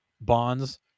Bonds